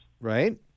Right